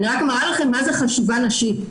אני רק מראה לכם מה זו חשיבה נשית.